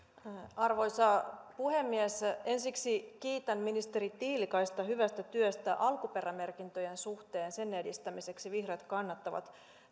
arvoisa puhemies ensiksi kiitän ministeri tiilikaista hyvästä työstä alkuperämerkintöjen suhteen niiden edistämiseksi vihreät kannattavat